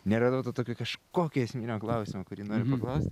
neradau to tokio kažkokio esminio klausimo kurį noriu paklaust